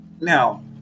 now